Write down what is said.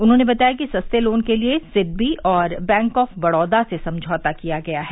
उन्होंने बताया कि सस्ते लोन के लिये सिडबी और बैंक ऑफ बड़ौदा से समझौता किया गया है